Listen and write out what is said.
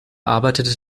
arbeitete